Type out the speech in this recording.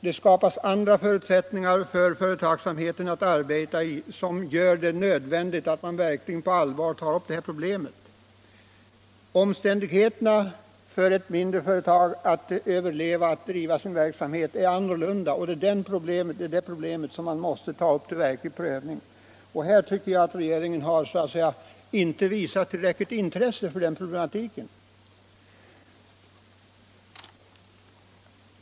Den mindre företagsamhetens arbetsförutsättningar och möjligheter att överleva förändras på ett sådant sätt att det är nödvändigt att verkligen på allvar ta upp detta problem till prövning. Regeringen har inte visat tillräckligt intresse för dessa frågor.